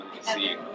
see